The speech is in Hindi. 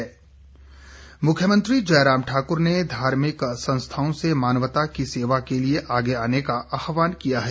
मुख्यमंत्री मुख्यमंत्री जयराम ठाक्र ने धार्मिक संस्थाओं से मानवता की सेवा के लिए आगे आने का आहवान किया है